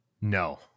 No